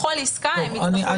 בכל עסקה הם יצטרכו לתת לזה גילוי.